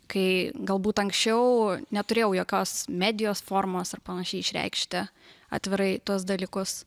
kai galbūt anksčiau neturėjau jokios medijos formos ar panašiai išreikšti atvirai tuos dalykus